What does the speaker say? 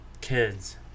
Kids